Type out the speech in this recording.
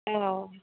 औ